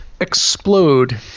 explode